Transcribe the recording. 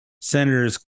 Senators